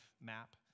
map